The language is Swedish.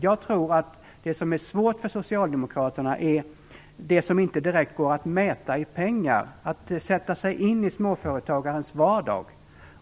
Jag tror att det svåra för Socialdemokraterna är en sak som inte direkt kan mätas i pengar, nämligen att sätta sig in i småföretagarens vardag.